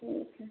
ठीक है